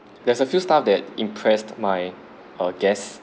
there is a few staff that impressed my uh guests